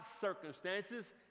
circumstances